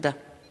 תודה.